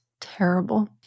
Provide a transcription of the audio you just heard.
terrible